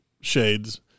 shades